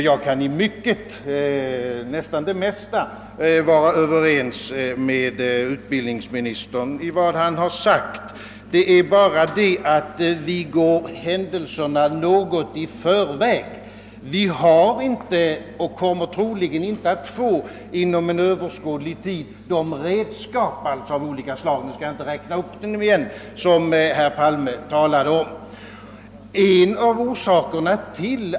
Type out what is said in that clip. Herr talman! Jag kan i nästan det mesta vara ense med utbildningsministern. Det är bara det, att han går händelserna i förväg. Vi har nämligen inte och "kommer troligen inte inom överskådlig tid att få de redskap: av olika slag — jag skall inte här räkna upp dem igen — som herr: Palme talade om. En av orsakerna till.